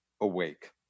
awake